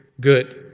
good